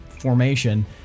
formation